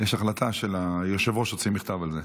יש החלטה, היושב-ראש הוציא מכתב על זה.